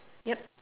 yup